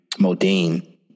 modine